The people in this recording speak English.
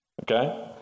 Okay